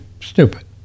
stupid